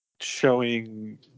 showing